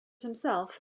himself